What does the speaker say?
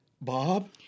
Bob